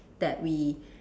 that we